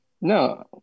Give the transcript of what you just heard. No